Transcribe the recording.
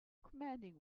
commanding